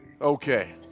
Okay